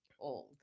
old